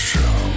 Show